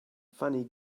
funny